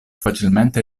facilmente